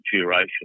duration